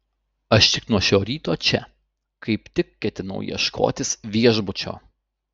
aš tik nuo šio ryto čia kaip tik ketinau ieškotis viešbučio